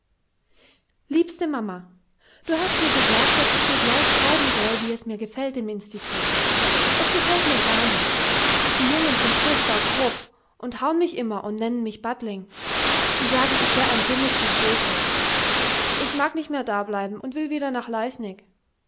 liebste mamma du hast mir gesagt das ich dir gleich schreiben sol wie mir es gefellt im institut es gefellt mir gar nicht die jungens sind furchbar grob und haun mich immer und nenen mich badling sie sagen ich wär ein dumes gescheeche ich mag nicht mer dableiben und wil wieder nach leisnig